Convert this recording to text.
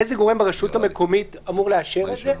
איזה גורם ברשות המקומית אמור לאשר את זה,